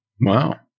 Wow